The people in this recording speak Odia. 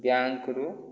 ବ୍ୟାଙ୍କ୍ରୁ